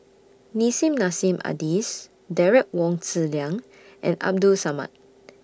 Nissim Nassim Adis Derek Wong Zi Liang and Abdul Samad